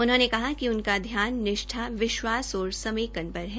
उन्होंने कहा कि उनका ध्यान निष्ठा विश्वास और समेकन पर है